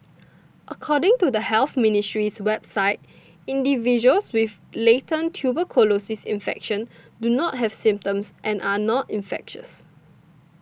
according to the Health Ministry's website individuals with latent tuberculosis infection not have symptoms and are not infectious